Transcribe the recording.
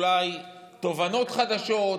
אולי יש תובנות חדשות,